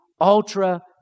ultra